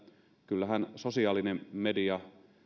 kyllähän sosiaalinen media